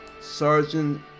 Sergeant